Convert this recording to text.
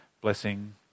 blessing